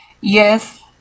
Yes